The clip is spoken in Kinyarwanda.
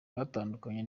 batandukanye